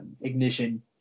Ignition